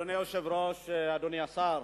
אדוני היושב-ראש, אדוני השר,